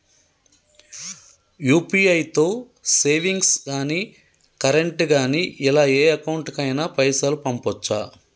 UPI తో savings గాని current గాని ఇలా ఏ అకౌంట్ కైనా పైసల్ పంపొచ్చా?